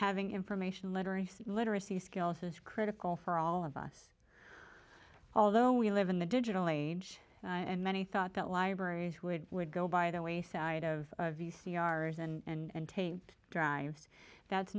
having information literacy literacy skills is critical for all of us although we live in the digital age and many thought that libraries would would go by the wayside of v c r s and tape drives that's